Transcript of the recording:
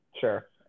sure